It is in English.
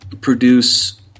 produce